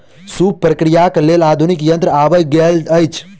सूप प्रक्रियाक लेल आधुनिक यंत्र आबि गेल अछि